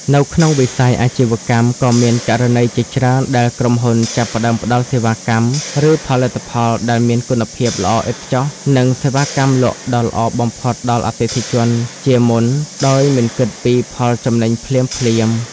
នៅក្នុងវិស័យអាជីវកម្ម ក៏មានករណីជាច្រើនដែលក្រុមហ៊ុនចាប់ផ្តើមផ្តល់សេវាកម្ម ឬផលិតផលដែលមានគុណភាពល្អឥតខ្ចោះ និងសេវាកម្មលក់ដ៏ល្អបំផុតដល់អតិថិជនជាមុន ដោយមិនគិតពីផលចំណេញភ្លាមៗ។